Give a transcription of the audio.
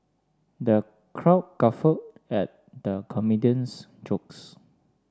the crowd guffaw at the comedian's jokes